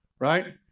right